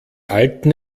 alten